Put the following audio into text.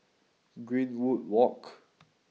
Greenwood Walk